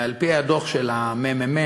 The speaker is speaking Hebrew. על-פי הדוח של הממ"מ,